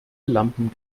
lampen